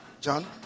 John